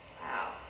Wow